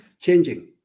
changing